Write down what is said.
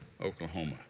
Oklahoma